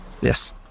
Yes